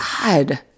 God